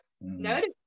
notice